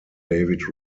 david